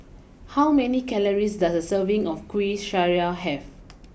how many calories does a serving of Kuih Syara have